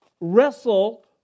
wrestle